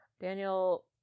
Daniel